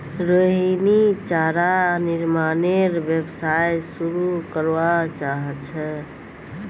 रोहिणी चारा निर्मानेर व्यवसाय शुरू करवा चाह छ